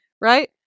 right